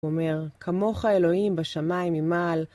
הוא אומר, כמוך אלוהים בשמיים ממעל.